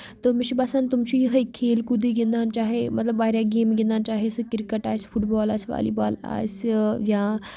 تہٕ مےٚ چھُ باسان تِم چھُ یِہوے کھیل کوٗدے گندان چاہے مطلب واریاہ گیمہٕ گندان چاہے سُہ کِرکٹ آسہِ فُٹ بال آسہِ والی بال آسہِ یا